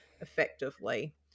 effectively